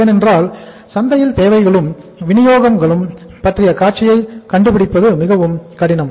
ஏனென்றால் சந்தையில் தேவைகளும் வினியோகம்களும் பற்றிய காட்சியை கண்டுபிடிப்பது மிகவும் கடினம்